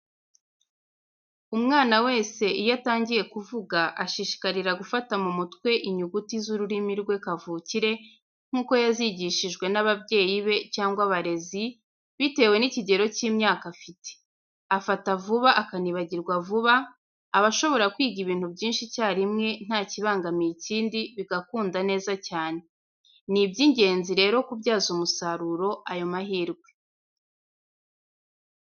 Umwana wese iyo atangiye kuvuga, ashishikarira gufata mu mutwe inyuguti z'ururimi rwe kavukire nk'uko yazigishijwe n'ababyeyi be cyangwa abarezi, bitewe n'ikigero cy'imyaka afite. Afata vuba akanibagirwa vuba, aba ashobora kwiga ibintu byinshi icyarimwe nta kibangamiye ikindi bigakunda neza cyane. Ni iby'ingenzi rero kubyaza umusaruro ayo mahirwe.